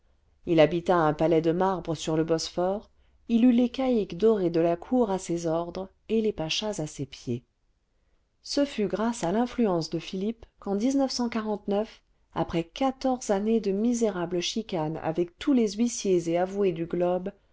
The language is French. il habita un palais de marbre sur le bosphore il eut les caïques dorés de la cour à ses ordres et les pachas à ses pieds ce fut grâce à l'influence de philippe qu'en après quatorze années de misérables chicanes avec tous les huissiers et avoués du globe